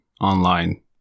online